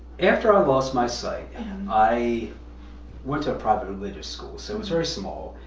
after i lost my sight, and i went to a private religious school, so it was very small,